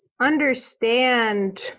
understand